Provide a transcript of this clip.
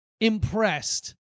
impressed